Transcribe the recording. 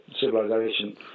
civilization